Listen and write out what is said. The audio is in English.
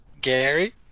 Gary